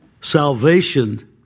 salvation